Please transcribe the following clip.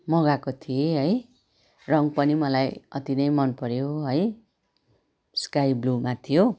मगाएको थिएँ है रङ पनि मलाई अति नै मन पऱ्यो है स्काई ब्लूमा थियो